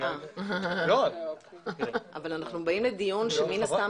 אני --- אבל אנחנו באים לדיון שמן הסתם